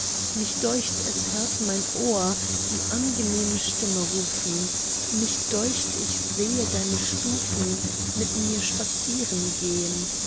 mich deucht es hört mein ohr die angenehme stimme rufen mich deucht ich sehe deine stufen mit mir spazieren gehn